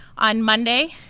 on monday,